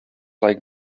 like